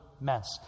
mess